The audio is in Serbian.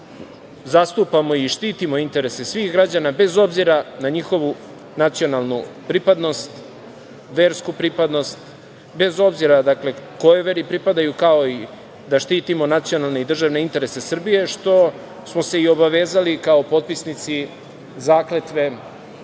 zastupamo i štitimo interese svih građana bez obzira na njihovu nacionalnu pripadnost, versku pripadnost, bez obzira, dakle, kojoj veri pripadaju, kao i da štitimo nacionalne i državne interese Srbije, što smo se i obavezali kao potpisnici zakletve,